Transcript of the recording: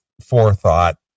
forethought